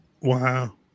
Wow